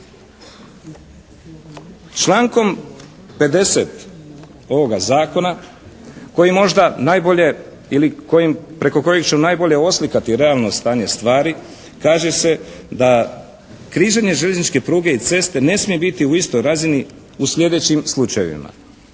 najbolje ili preko kojeg ću najbolje oslikati realno stanje stvari kaže se da križanje željezničke pruge i ceste ne smije biti u istoj razini u slijedećim slučajevima: